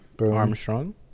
Armstrong